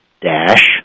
dash